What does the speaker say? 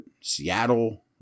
Seattle